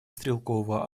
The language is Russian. стрелкового